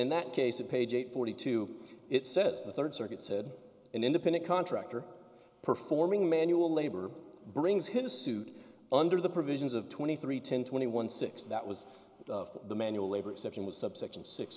in that case of page eight forty two it says the third circuit said an independent contractor performing manual labor brings his suit under the provisions of twenty three ten twenty one six that was the manual labor section with subsection six